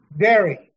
dairy